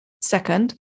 Second